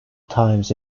times